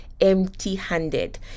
empty-handed